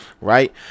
right